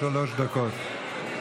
שלוש דקות.